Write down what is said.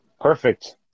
perfect